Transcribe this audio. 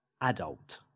adult